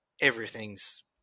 everything's